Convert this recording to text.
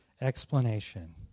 explanation